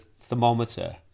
thermometer